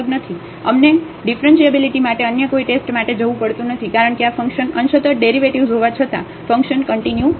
અમને ડિફરન્ટિએબિલિટી માટે અન્ય કોઈ ટેસ્ટ માટે જવું પડતું નથી કારણ કે આ ફંકશન અંશત der ડેરિવેટિવ્ઝ હોવા છતાં ફંકશન કંટીન્યુ નથી